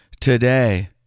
today